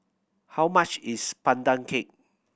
how much is Pandan Cake